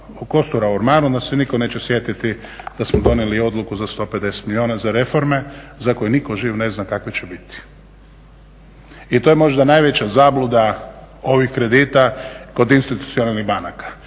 kostura u ormaru, onda se nitko neće sjetiti da smo donijeli odluku za 150 milijuna za reforme za koje nitko živ ne zna kakve će biti. I to je možda najveća zabluda ovih kredita kod institucionalnih banaka